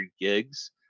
gigs